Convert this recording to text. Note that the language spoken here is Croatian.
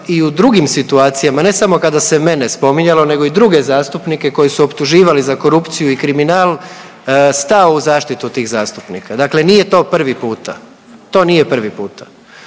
i u drugim situacijama, ne samo kada se mene spominjalo nego i druge zastupnike koje su optuživali za korupciju i kriminal stao u zaštitu tih zastupnika. Dakle, nije to prvi puta. To nije prvi puta,